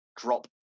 drop